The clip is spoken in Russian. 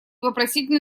вопросительно